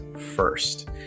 first